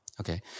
Okay